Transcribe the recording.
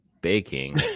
baking